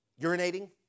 urinating